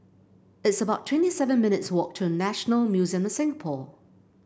it's about twenty seven minutes' walk to National Museum of Singapore